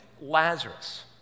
Lazarus